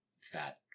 fat